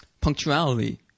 punctuality